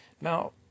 Now